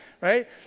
right